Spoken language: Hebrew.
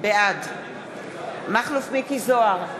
בעד מכלוף מיקי זוהר,